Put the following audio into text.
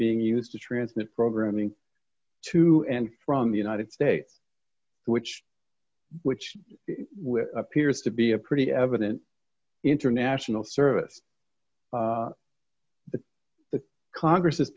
being used to transmit programming to and from the united states which which appears to be a pretty evident international service that congress